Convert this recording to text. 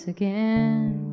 again